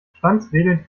schwanzwedelnd